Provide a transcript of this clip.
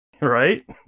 right